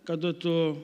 kada tu